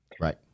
Right